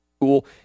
cool